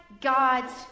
God's